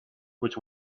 which